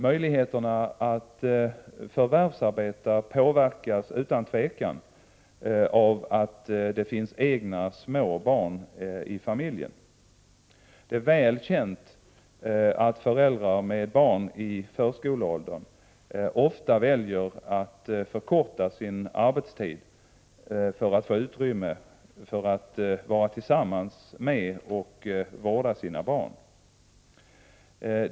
Möjligheterna att förvärvsarbeta påverkas utan tvivel av att det finns egna små barn i familjen. Det är väl känt att föräldrar med barn i förskoleåldern ofta väljer att förkorta sin arbetstid för att få utrymme för att vara tillsammans med och vårda sina barn.